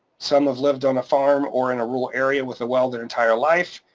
some have lived on a farm or in a rural area with a well their entire life,